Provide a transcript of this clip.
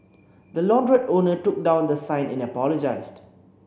the launderette owner took down the sign and apologised